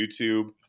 YouTube